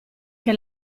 che